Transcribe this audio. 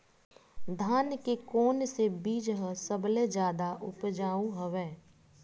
धान के कोन से बीज ह सबले जादा ऊपजाऊ हवय?